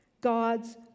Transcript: God's